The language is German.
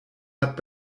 hat